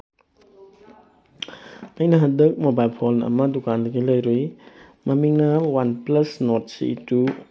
ꯑꯩꯅ ꯍꯟꯗꯛ mobile phone ꯑꯃ ꯗꯨꯀꯥꯟꯗꯒꯤ ꯂꯩꯔꯨꯏ ꯃꯃꯤꯡꯅ OnePlus Nord CE two